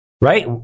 Right